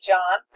John